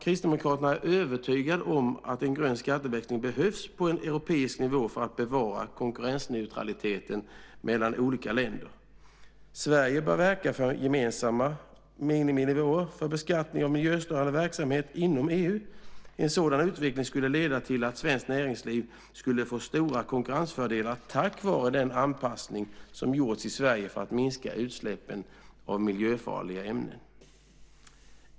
Kristdemokraterna är övertygade om att en grön skatteväxling behövs på en europeisk nivå för att bevara konkurrensneutraliteten mellan olika länder. Sverige bör verka för gemensamma miniminivåer för beskattning av miljöstörande verksamhet inom EU. En sådan utveckling skulle leda till att svenskt näringsliv skulle få stora konkurrensfördelar tack vare den anpassning som har gjorts i Sverige för att minska utsläppen av miljöfarliga ämnen.